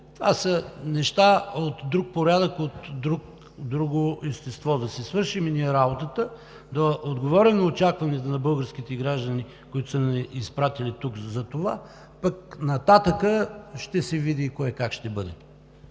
Това са неща от друг порядък, от друго естество. Ние тук да си свършим работата, да отговорим на очакванията на българските граждани, които са ни изпратили тук за това, пък нататък ще се види кое как ще бъде.